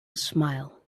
smile